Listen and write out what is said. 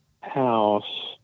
house